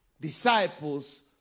disciples